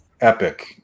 Epic